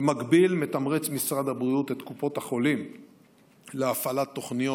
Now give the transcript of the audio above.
במקביל משרד הבריאות מתמרץ את קופות החולים להפעלת תוכניות